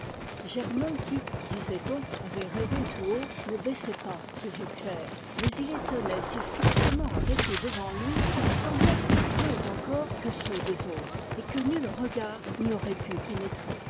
gernon qui disait-on avait rêvé tout haut ne baissait pas ses yeux clairs mais il les tenait si fixement arrêtés devant lui qu'ils semblaient plus clos encore que ceux des autres et que nul regard n'y aurait pu pénétrer